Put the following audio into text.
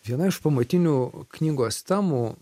viena iš pamatinių knygos temų